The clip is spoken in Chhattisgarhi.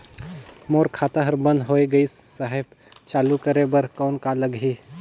मोर खाता हर बंद होय गिस साहेब चालू करे बार कौन का लगही?